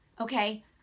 okay